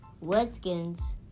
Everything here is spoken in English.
Redskins